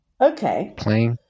Okay